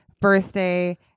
birthday